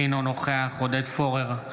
אינו נוכח עודד פורר,